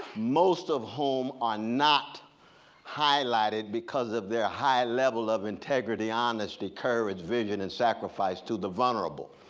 most of whom are not highlighted because of their high-level of integrity, honesty, courage, vision, and sacrifice to the vulnerable.